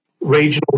regional